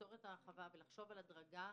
לעצור את ההרחבה ולחשוב על הדרגה,